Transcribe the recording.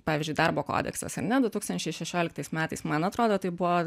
pavyzdžiui darbo kodeksas ar ne du tūkstančiai šešioliktais metais man atrodo tai buvo